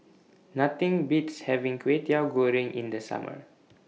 Nothing Beats having Kway Teow Goreng in The Summer